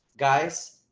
guys,